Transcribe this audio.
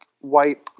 white